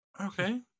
okay